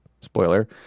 spoiler